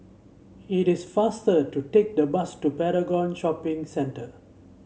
it is faster to take the bus to Paragon Shopping Centre